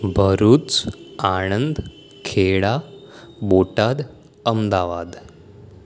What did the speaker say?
Bharuch Anand Kheda Botad Ahmedabad